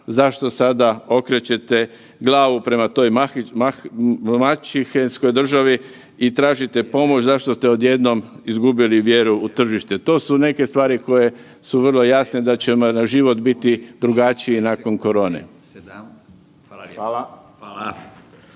zašto sada okrećete glavu prema toj maćehinskoj državi i tražite pomoć, zašto ste od jednom izgubili vjeru u tržište? To su neke stvari koje su vrlo jasne da će nam život biti drugačiji nakon korone.